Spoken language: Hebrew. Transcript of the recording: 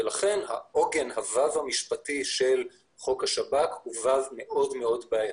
הוו המשפטי של חוק השב"כ הוא וו מאוד בעייתי.